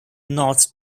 north